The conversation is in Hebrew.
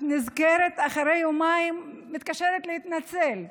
כשאת נזכרת, אפילו אחרי יומיים, את מתקשרת להתנצל.